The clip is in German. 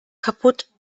kaputt